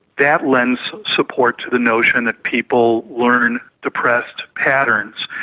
that lends support to the notion that people learn depressed patterns,